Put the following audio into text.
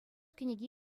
кӗнеке